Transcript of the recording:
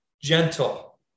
gentle